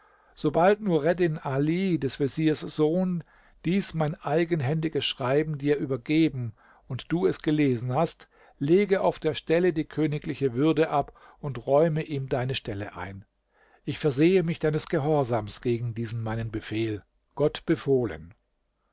sobald nureddin ali des veziers sohn dies mein eigenhändiges schreiben dir übergeben und du es gelesen hast lege auf der stelle die königliche würde ab und räume ihm deine stelle ein ich versehe mich deines gehorsams gegen diesen meinen befehl gott befohlen